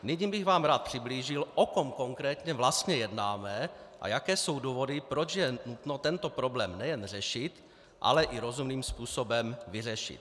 Nyní bych vám rád přiblížil, o kom konkrétně vlastně jednáme a jaké jsou důvody, proč je nutno tento problém nejen řešit, ale i rozumným způsobem vyřešit.